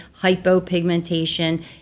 hypopigmentation